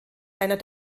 einer